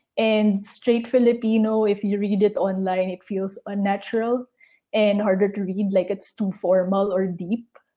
and straight pilipino if you read it online it feels unnatural and harder to read, like it's too formal or deep